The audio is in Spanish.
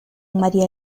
maría